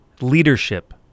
leadership